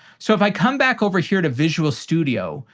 so if i come back over here to visual studio,